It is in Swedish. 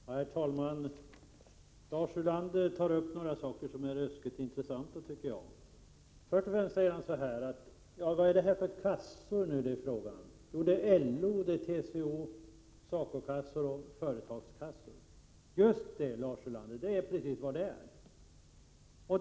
Herr talman! Lars Ulander tar upp några mycket intressanta saker. Först och främst talar Lars Ulander om vilka kassor det är fråga om, nämligen LO-kassor, TCO-kassor, SACO-kassor och företagskassor. Just det, Lars Ulander, det är precis vad det är.